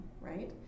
Right